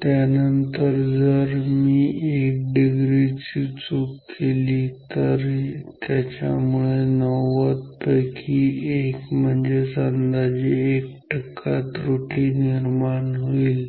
त्यानंतर जर मी 1 डिग्री ची चूक केली तर त्याच्यामुळे 90 पैकी 1 म्हणजेच अंदाजे 1 टक्का त्रुटि निर्माण होईल